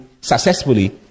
successfully